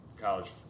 college